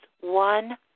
one